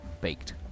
baked